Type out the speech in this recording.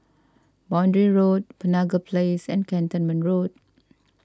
Boundary Road Penaga Place and Cantonment Road